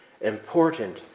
important